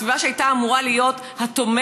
הסביבה שהייתה אמורה להיות התומכת,